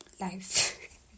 life